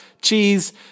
Cheese